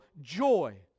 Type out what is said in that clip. joy